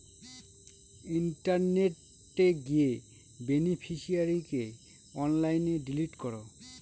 ইন্টারনেটে গিয়ে বেনিফিশিয়ারিকে অনলাইনে ডিলিট করো